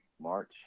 March